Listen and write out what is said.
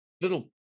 little